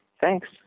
Thanks